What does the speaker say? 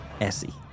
Essie